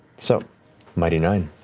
so mighty nein,